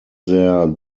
their